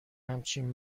همچین